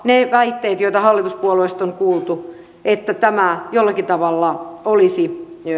ne väitteet joita hallituspuolueista on kuultu että tämä jollakin tavalla olisi